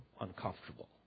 uncomfortable